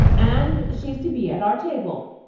and she's to be at our table.